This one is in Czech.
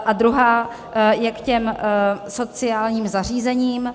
A druhá je k těm sociálním zařízením.